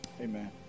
amen